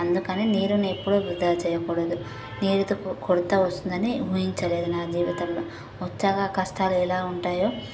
అందుకని నీరుని ఎప్పుడు వృధా చేయకూడధు నీరు కొరత వస్తుందని ఊహించలేదు నా జీవితంలో వచ్చాక ఆ కస్టాలు ఎలా ఉంటాయో